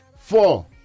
Four